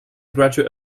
graduate